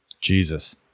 jesus